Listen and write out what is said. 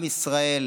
עם ישראל